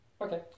Okay